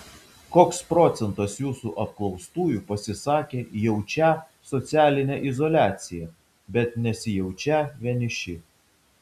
koks procentas jūsų apklaustųjų pasisakė jaučią socialinę izoliaciją bet nesijaučią vieniši